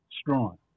Strong